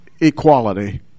equality